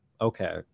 okay